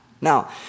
Now